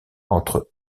entre